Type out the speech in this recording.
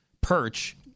perch